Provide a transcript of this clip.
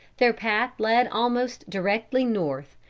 their path led almost directly north,